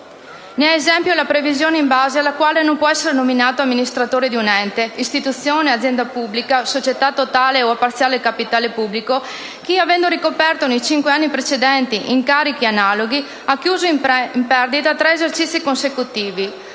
ne è esempio la previsione in base alla quale non può essere nominato amministratore di un ente, istituzione, azienda pubblica, società a totale o parziale capitale pubblico chi, avendo ricoperto nei cinque anni precedenti incarichi analoghi, abbia chiuso in perdita tre esercizi consecutivi